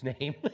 name